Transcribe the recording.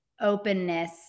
openness